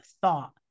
thought